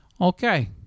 Okay